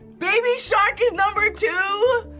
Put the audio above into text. baby shark is number two?